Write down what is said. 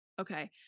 Okay